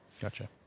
Gotcha